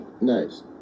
Nice